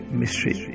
mystery